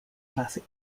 classic